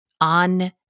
on